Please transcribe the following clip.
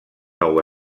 nou